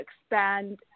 expand